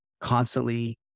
constantly